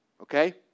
okay